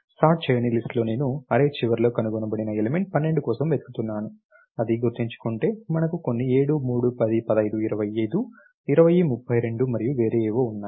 sort చేయని list లో నేను అర్రే చివరిలో కనుగొనబడిన ఎలిమెంట్ 12 కోసం వెతుకుతున్నాను అది గుర్తుంచుకుంటే మనకు కొన్ని 7 3 10 15 25 20 32 మరియు వేరే ఏవో ఉన్నాయి